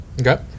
Okay